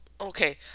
okay